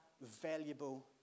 valuable